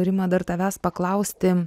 rima dar tavęs paklausti